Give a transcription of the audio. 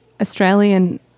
Australian